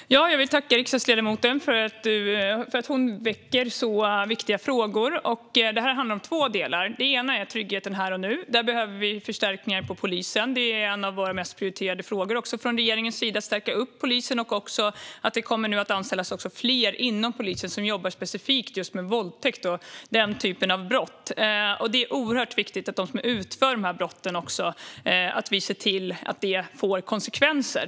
Fru talman! Jag vill tacka riksdagsledamoten för att hon väcker så viktiga frågor. Det här handlar om två delar. Den ena är tryggheten här och nu. Där behövs förstärkningar för polisen. Det är en av regeringens mest prioriterade frågor att stärka polisen. Det kommer nu att anställas fler inom polisen som ska jobba specifikt med våldtäkt och den typen av brott. Det är oerhört viktigt att det blir konsekvenser för dem som begår brotten.